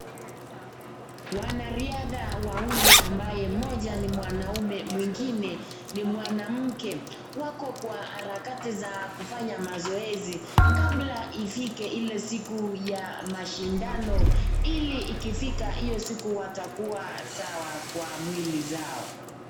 Wanariadha wawili ambaye moja ni mwanaume mwengine ni mwanamke. Wako kwa harakati za kufanya mazoezi kabla ifike ile siku ya mashindano ili ikifika hiyo siku watakuwa sawa kwa mwili zao.